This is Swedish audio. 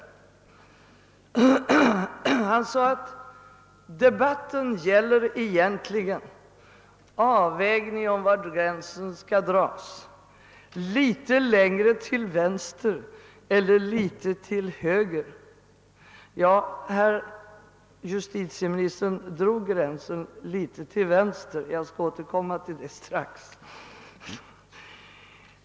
JSustitieministern sade att debatten egentligen gäller avvägningen, var gränsen skall dras: litet längre till vänster eller litet till höger. Herr justitieministern drog gränsen litet till vänster — jag skall strax återkomma till den saken.